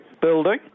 building